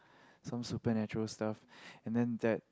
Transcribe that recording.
some supernatural stuff and then that